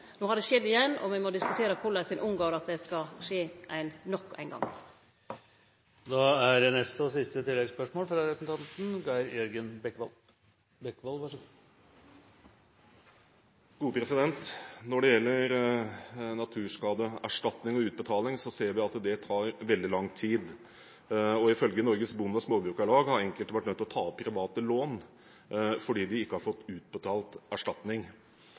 har det skjedd igjen, og me må diskutere korleis ein unngår at det skjer nok ein gong. Geir Jørgen Bekkevold – til oppfølgingsspørsmål. Når det gjelder naturskadeerstatning og utbetaling, ser vi at det tar veldig lang tid. Ifølge Norsk Bonde- og Småbrukarlag har enkelte vært nødt til å ta opp private lån fordi de ikke har fått utbetalt erstatning.